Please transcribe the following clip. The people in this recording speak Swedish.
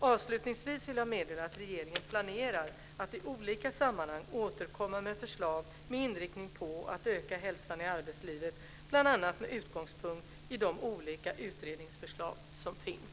Avslutningsvis vill jag meddela att regeringen planerar att i olika sammanhang återkomma med förslag med inriktning på att öka hälsan i arbetslivet bl.a. med utgångspunkt i de olika utredningsförslag som finns.